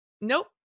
nope